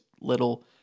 little